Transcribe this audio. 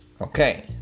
Okay